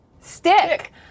stick